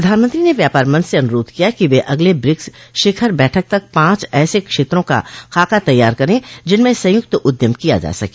प्रधानमंत्री ने व्यापार मंच से अनुरोध किया कि वे अगले ब्रिक्स शिखर बैठक तक पांच ऐसे क्षेत्रों का खाका तैयार करें जिनमें संयुक्त उद्यम किया जा सके